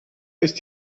ist